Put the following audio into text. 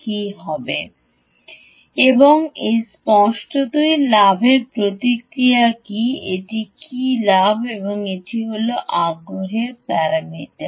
তবে এবং এই স্পষ্টতই লাভের প্রতিক্রিয়া কি এটির একটি লাভ আছে এবং এটি হল আগ্রহের প্যারামিটার